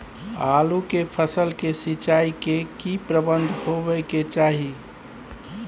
आलू के फसल के सिंचाई के की प्रबंध होबय के चाही?